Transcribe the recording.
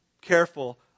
Careful